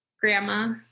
grandma